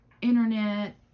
internet